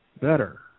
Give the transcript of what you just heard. better